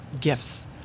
gifts